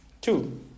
two